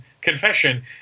confession